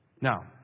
Now